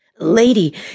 Lady